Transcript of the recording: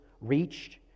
reached